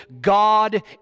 God